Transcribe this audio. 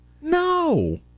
No